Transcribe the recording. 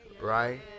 right